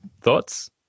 Thoughts